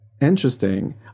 Interesting